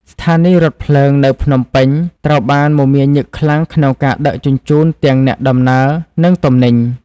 ស្ថានីយរថភ្លើងនៅភ្នំពេញត្រូវបានមមាញឹកខ្លាំងក្នុងការដឹកជញ្ជូនទាំងអ្នកដំណើរ និងទំនិញ។